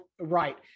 right